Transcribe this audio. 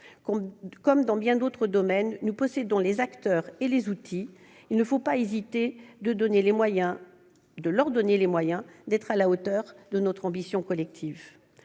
Comme dans bien d'autres domaines, nous possédons les acteurs et les outils ; sans hésiter, donnons-leur les moyens d'être à la hauteur de notre ambition collective